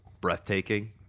breathtaking